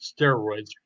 steroids